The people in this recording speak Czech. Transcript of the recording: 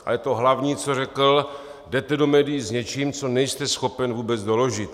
Ale to hlavní, co řekl: Jdete do médií s něčím, co nejste schopen vůbec doložit.